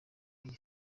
iyi